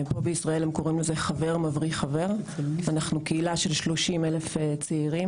בישראל הם קוראים לזה ״חבר מבריא חבר.״ אנחנו קהילה של 30 אלף צעירים,